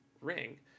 ring